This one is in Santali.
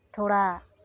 ᱛᱷᱚᱲᱟ